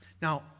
Now